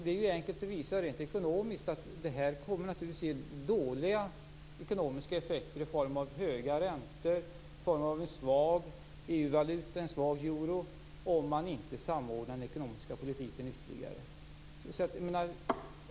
Det är enkelt att visa att projektet kommer att ge dåliga ekonomiska effekter i form av höga räntor och en svag euro, om man inte samordnar den ekonomiska politiken ytterligare.